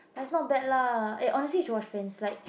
but it's not bad lah eh honestly you should watch friends like